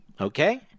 okay